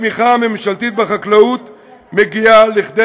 התמיכה הממשלתית בחקלאות מגיעה כדי